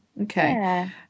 Okay